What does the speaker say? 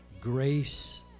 grace